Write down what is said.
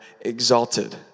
exalted